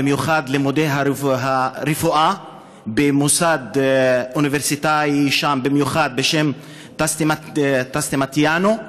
ובמיוחד על לימודי הרפואה במוסד אוניברסיטאי שם בשם טסטמיטאנו.